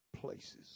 places